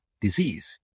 disease